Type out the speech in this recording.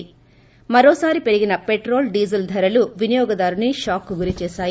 ి ప్ర మరోసారి పెరిగిన పెట్రోల్ డీజిల్ ధరలు వినియోగిదారుడిని షాక్ కు గురిచేశాయి